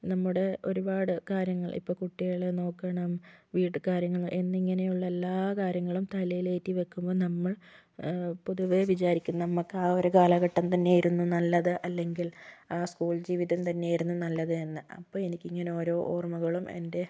നമ്മുടെ ഒരുപാട് കാര്യങ്ങൾ ഇപ്പോൾ കുട്ടികളെ നോക്കണം വീട്ടുകാര്യങ്ങൾ എന്നിങ്ങനെയുള്ള എല്ലാ കാര്യങ്ങളും തലയിലേറ്റി വെക്കുമ്പോൾ നമ്മൾ പൊതുവെ വിചാരിക്കും നമുക്കാ ഒരു കാലഘട്ടം തന്നെയായിരുന്നു നല്ലത് അല്ലെങ്കിൽ സ്കൂൾ ജീവിതം തന്നെയായിരുന്നു നല്ലത് എന്ന് അപ്പോൾ എനിക്കിങ്ങനെ ഓരോ ഓർമ്മകളും എൻ്റെ